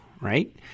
right